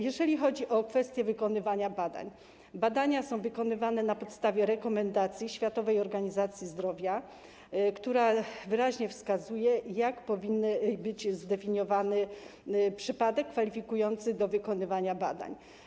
Jeżeli chodzi o kwestię wykonywania badań, badania są wykonywane na podstawie rekomendacji Światowej Organizacji Zdrowia, która wyraźnie wskazuje, jak powinien być zdefiniowany przypadek kwalifikujący do wykonywania badań.